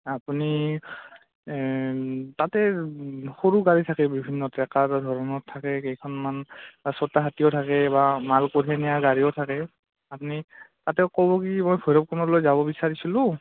আপুনি তাতে সৰু গাড়ী থাকে বিভিন্ন ট্ৰেকাৰ ধৰণত থাকে কেইখনমান ছতাহাতীও থাকে বা মাল কঢ়িয়াই নিয়া গাড়ীও থাকে আপুনি তাতে ক'ব কি মই ভৈৰৱকুণ্ডলৈ যাব বিচাৰিছিলোঁ